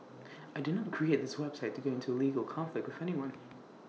I did not create this website to go into A legal conflict with anyone